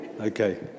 okay